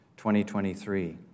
2023